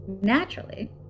Naturally